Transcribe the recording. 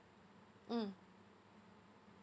mm